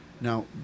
Now